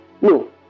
No